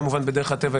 כמובן בדרך הטבע,